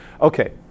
okay